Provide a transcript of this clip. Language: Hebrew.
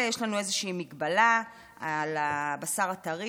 יש לנו איזושהי מגבלה על הבשר הטרי.